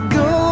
go